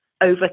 over